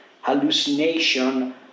hallucination